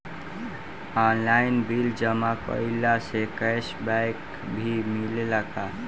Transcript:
Online bill जमा कईला से कैश बक भी मिलेला की?